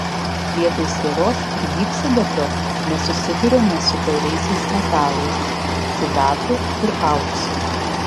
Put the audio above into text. vietoj sieros ir gyvsidabrio mes susiduriame su tauriaisiais metalais sidabru ir auksu